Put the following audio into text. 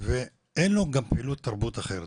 ואין לו גם פעילות תרבות אחרת.